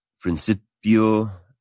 Principio